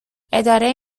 اداره